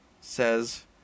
says